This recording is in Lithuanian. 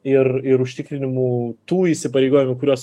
ir ir užtikrinimu tų įsipareigojimų kuriuos